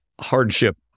hardship